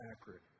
accurate